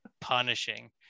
punishing